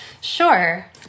Sure